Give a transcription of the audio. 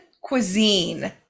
cuisine